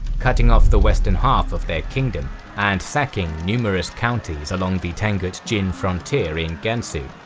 cutting off the western half of their kingdom and sacking numerous counties along the tangut-jin frontier in gansu,